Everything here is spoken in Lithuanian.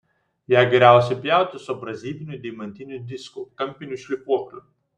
ją geriausia pjauti su abrazyviniu deimantiniu disku kampiniu šlifuokliu